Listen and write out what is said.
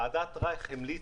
ועדת רייך המליצה,